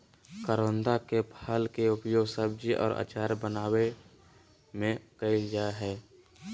करोंदा के फल के उपयोग सब्जी और अचार बनावय में कइल जा हइ